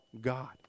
God